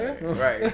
Right